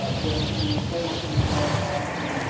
ah where it can be reported to the board as to,